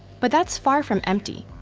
but that's far from empty.